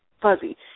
fuzzy